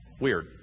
weird